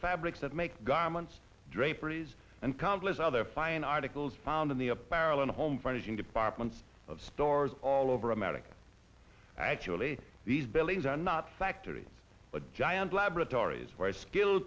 fabrics that make garments draperies and countless other fine articles found in the apparel and home furnishing departments of stores all over america actually these buildings are not factories but giant laboratories where skilled